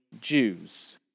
Jews